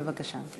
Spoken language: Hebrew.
בבקשה.